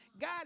God